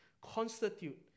constitute